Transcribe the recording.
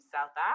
South